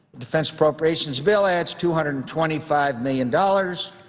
defense appropriations bill adds two hundred and twenty five million dollars.